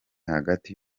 hagati